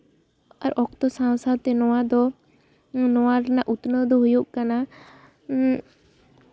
ᱟᱨ ᱚᱠᱛᱚ ᱥᱟᱶ ᱥᱟᱶᱛᱮ ᱱᱚᱣᱟ ᱫᱚ ᱱᱚᱣᱟ ᱨᱮᱱᱟᱜ ᱩᱛᱱᱟᱹᱣ ᱫᱚ ᱦᱩᱭᱩᱜ ᱠᱟᱱᱟ